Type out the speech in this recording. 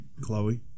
Chloe